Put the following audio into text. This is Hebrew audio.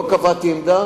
לא קבעתי עמדה.